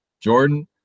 Jordan